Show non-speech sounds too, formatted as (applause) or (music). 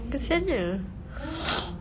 kesiannya (noise)